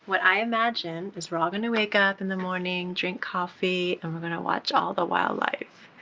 what i imagine is we're all gonna wake up in the morning drink coffee and we're gonna watch all the wildlife.